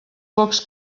pocs